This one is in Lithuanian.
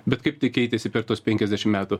bet kaip tai keitėsi per tuos penkiasdešim metų